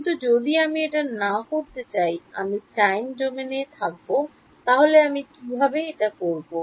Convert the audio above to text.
কিন্তু যদি আমি এটা না করতে চাই আমি time domain এ থাকব তাহলে কিভাবে আমি এটা ব্যবহার করব